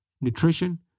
nutrition